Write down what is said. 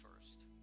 first